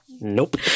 Nope